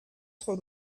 trop